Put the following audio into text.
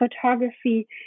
photography